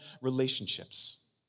relationships